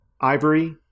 ivory